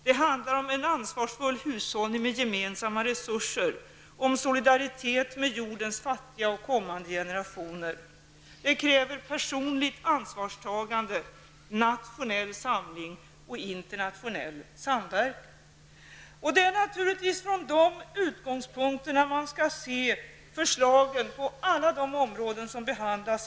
Det handlar om en ansvarsfull hushållning med gemensamma resurser och om solidaritet med jordens fattiga och med kommande generationer. Det kräver personligt ansvarstagande, nationell samling och internationell samverkan. Det är naturligtvis från de utgångspunkterna man skall se förslagen på alla de områden som här behandlas.